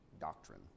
doctrine